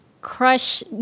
crush